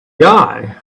guy